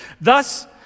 Thus